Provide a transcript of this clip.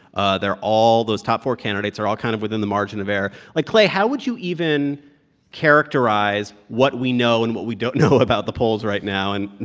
ah they're all those top four candidates are all kind of within the margin of error. like, clay, how would you even characterize what we know and what we don't know about the polls right now? and and